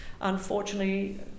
Unfortunately